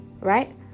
right